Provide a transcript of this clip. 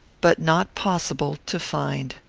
but not possible, to find.